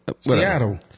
Seattle